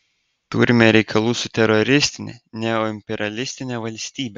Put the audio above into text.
turime reikalų su teroristine neoimperialistine valstybe